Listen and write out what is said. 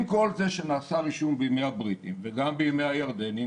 עם כל זה שנעשה רישום בימי הבריטים וגם בימי הירדנים,